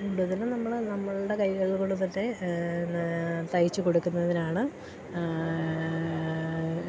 കൂടുതലും നമ്മൾ നമ്മളുടെ കൈകൾ കൊണ്ട് തന്നെ എന്ന് തയ്ച്ച് കൊടുക്കുന്നതിനാണ്